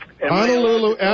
Honolulu